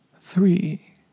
Three